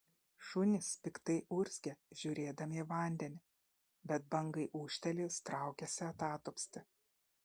šunys piktai urzgė žiūrėdami į vandenį bet bangai ūžtelėjus traukėsi atatupsti